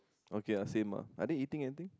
okay are same are they eating anything